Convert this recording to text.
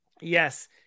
Yes